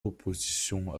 opposition